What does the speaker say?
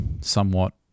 somewhat